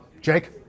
jake